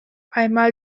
einmal